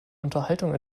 unterhaltung